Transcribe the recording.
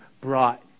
brought